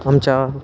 आमच्या